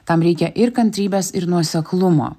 tam reikia ir kantrybės ir nuoseklumo